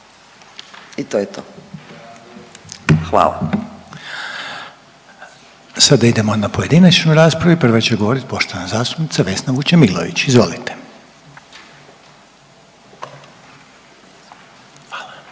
Željko (HDZ)** Sada idemo na pojedinačnu raspravu i prva će govoriti poštovana zastupnica Vesna Vučemilović. Izvolite.